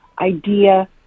idea